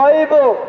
Bible